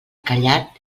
callat